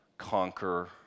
Conquer